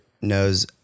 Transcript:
knows